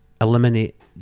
eliminate